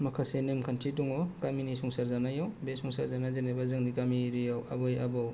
माखासे नेम खान्थि दङ गामिनि संसार जानायाव बे संसारजोंनो जेनेबा जोंनि गामि एरियाआव आबै आबौ